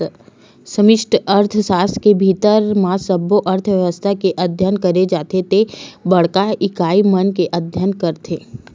समस्टि अर्थसास्त्र के भीतरी म सब्बो अर्थबेवस्था के अध्ययन करे जाथे ते बड़का इकाई मन के अध्ययन करथे